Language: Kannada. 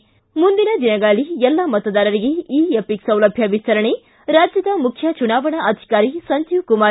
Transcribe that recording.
ಿ ಮುಂದಿನ ದಿನಗಳಲ್ಲಿ ಎಲ್ಲಾ ಮತದಾರರಿಗೆ ಇ ಎಪಿಕ್ ಸೌಲಭ್ಯ ವಿಸ್ತರಣೆ ರಾಜ್ಯದ ಮುಖ್ಯ ಚುನವಾಣಾ ಅಧಿಕಾರಿ ಸಂಜೀವಕುಮಾರ್